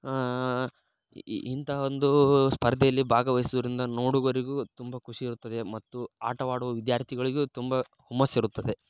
ಇಂಥ ಒಂದು ಸ್ಪರ್ಧೆಯಲ್ಲಿ ಬಾಗವಹಿಸುರಿಂದ ನೋಡುಗರಿಗೂ ತುಂಬ ಖುಷಿ ಇರುತ್ತದೆ ಮತ್ತು ಆಟವಾಡುವ ವಿದ್ಯಾರ್ಥಿಗಳಿಗೂ ತುಂಬ ಹುಮ್ಮಸ್ಸಿರುತ್ತದೆ